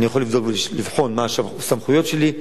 אני יכול לבדוק ולבחון מה הסמכויות שלי,